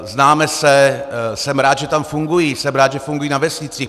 Známe se, jsem rád, že tam fungují, jsem rád, že fungují na vesnicích.